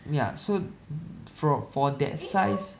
ya so fr~ for that size